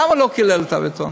למה לא קילל את האתון?